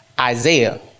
Isaiah